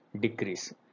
decrease